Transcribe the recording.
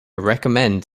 recommend